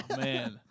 man